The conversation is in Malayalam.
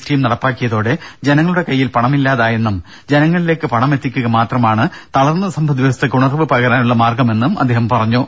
ടിയും നടപ്പാക്കിയതോടെ ജനങ്ങളുടെ കയ്യിൽ പണമില്ലാതായെന്നും ജനങ്ങളിലേക്ക് പണമെത്തിക്കുക മാത്രമാണ് തളർന്ന സമ്പദ് വ്യവസ്ഥയ്ക്ക് ഉണർവ് പകരാനുള്ള മാർഗമെന്നും അദ്ദേഹം പറഞ്ഞു